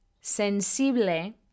sensible